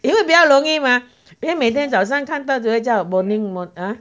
因为比较容易吗因为每天早上看到就会叫 morning !huh!